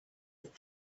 that